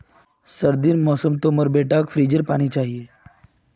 सर्दीर मौसम तो मोर बेटाक फ्रिजेर पानी चाहिए